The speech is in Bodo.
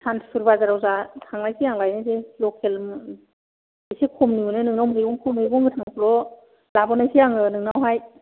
सान्तिपुर बाजाराव जा थांनायसै आं लायनोसै लकेल एसे खमनि मोनो नोंनाव मैगंखौ मैगं गोथांखौल' लाबोनायसै आङो नोंनावहाय